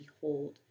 behold